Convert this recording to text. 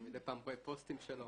אני מדיי פעם רואה פוסטים שלו,